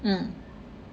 mm